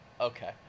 okay